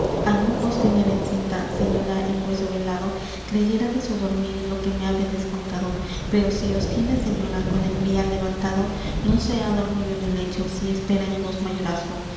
vos tener en cinta señora el vueso velado creyera de su dormir lo que me habedes contado pero si os tiene señora con el brial levantado no se ha dormido en el lecho si espera en vos mayorazgo